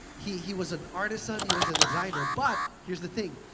he he was an artisan. he was a designer. but here's the thing,